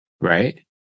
Right